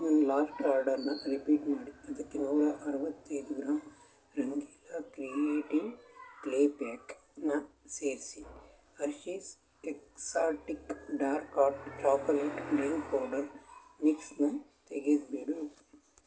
ನನ್ನ ಲಾಸ್ಟ್ ಆರ್ಡರ್ನ ರಿಪೀಟ್ ಮಾಡಿ ಅದಕ್ಕೆ ನೂರ ಅರುವತ್ತೈದು ಗ್ರಾಮ್ ರಂಗೀಲಾ ಕ್ರಿಯೇಟಿವ್ ಪ್ಲೇ ಪ್ಯಾಕ್ನ ಸೇರಿಸಿ Hershey's exotic dark at chocolate drink powder ಮಿಕ್ಸನ ತೆಗೆದುಬಿಡು